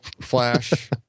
flash